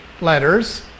letters